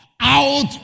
out